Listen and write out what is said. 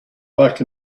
back